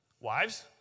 Wives